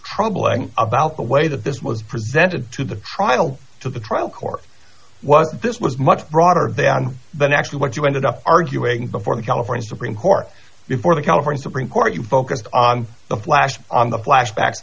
troubling about the way that this was presented to the trial to the trial court was this was much broader than actually what you ended up arguing before the california supreme court before the california supreme court you focused on the flash on the flash back